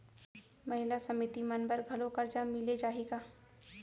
महिला समिति मन बर घलो करजा मिले जाही का?